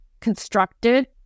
constructed